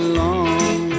long